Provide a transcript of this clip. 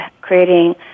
creating